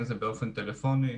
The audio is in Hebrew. אם באופן טלפוני,